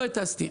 לא הטסתי.